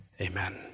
Amen